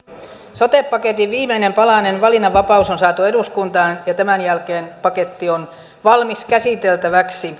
sote paketin viimeinen palanen valinnanvapaus on saatu eduskuntaan ja tämän jälkeen paketti on valmis käsiteltäväksi